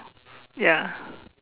ya